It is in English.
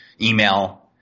email